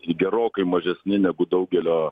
gerokai mažesni negu daugelio